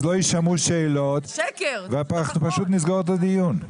אז לא יישמעו שאלות ופשוט נסגור את הדיון.